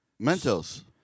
Mentos